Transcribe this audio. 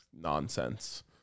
nonsense